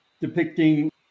depicting